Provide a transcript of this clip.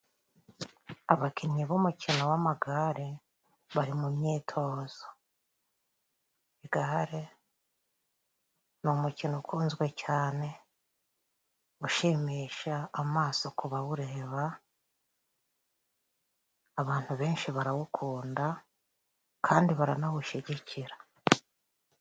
Abakinnyi b'umukino w'amagare, bari mu myitozo. Igare ni umukino ukunzwe cyane, ushimisha amaso ku abawureba. Abantu benshi barawukunda kandi baranawushigikira.